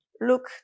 Look